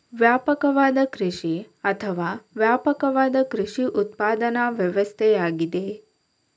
ವ್ಯಾಪಕವಾದ ಕೃಷಿ ಅಥವಾ ವ್ಯಾಪಕವಾದ ಕೃಷಿ ಉತ್ಪಾದನಾ ವ್ಯವಸ್ಥೆಯಾಗಿದೆ